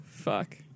Fuck